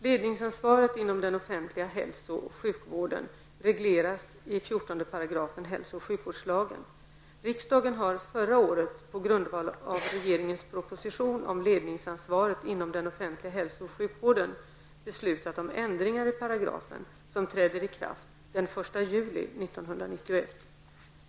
Riksdagen har förra året på grundval av regeringens proposition 1989/90:81 om ledningsansvaret inom den offentliga hälso och sjukvården, m.m. beslutat om ändringar i paragrafen som träder i kraft den 1 juli 1991.